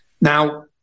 Now